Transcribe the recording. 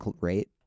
rate